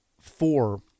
four